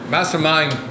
Mastermind